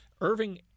Irving